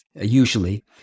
usually